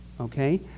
okay